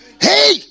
Hey